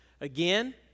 again